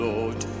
Lord